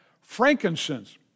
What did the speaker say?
Frankincense